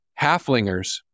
Halflingers